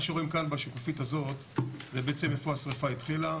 מה שרואים בשקופית הזאת זה בעצם איפה השריפה החלה,